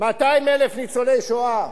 200,000 ניצולי שואה,